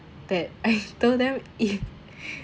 that I told them if